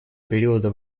периода